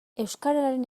euskararen